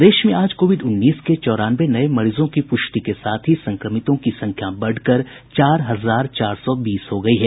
प्रदेश में आज कोविड उन्नीस के चौरानवे नये मरीजों की पूष्टि के साथ ही संक्रमितों की संख्या बढ़कर चार हजार चार सौ बीस हो गयी है